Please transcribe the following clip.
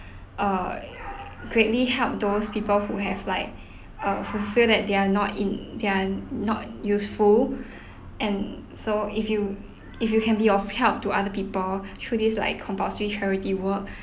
uh greatly help those people who have like uh who feel that they're not in they're not useful and so if you if you can be of help to other people through this like compulsory charity work